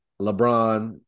LeBron